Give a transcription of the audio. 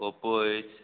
Oppo अछि